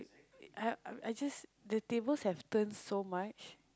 I I just the tables have turn so much